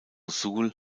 sul